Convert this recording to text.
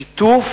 השיתוף